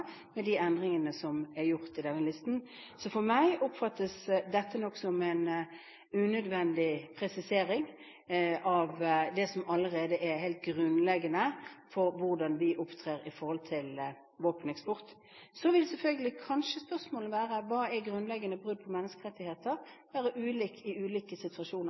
med de endringene som er gjort i denne listen. Så for meg oppfattes nok dette som en unødvendig presisering av det som allerede er helt grunnleggende for hvordan vi opptrer når det gjelder våpeneksport. Så kan selvfølgelig spørsmålet om hva som er grunnleggende brudd på menneskerettigheter være ulikt i ulike situasjoner.